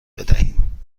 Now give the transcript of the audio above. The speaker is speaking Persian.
بدهیم